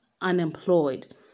unemployed